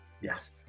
Yes